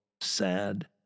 sad